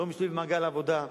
לא משתתפים במעגל העבודה.